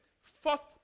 First